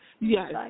Yes